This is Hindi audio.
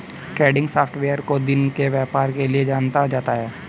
ट्रेंडिंग सॉफ्टवेयर को दिन के व्यापार के लिये जाना जाता है